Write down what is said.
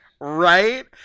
right